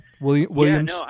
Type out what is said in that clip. williams